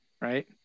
right